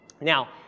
Now